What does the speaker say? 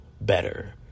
better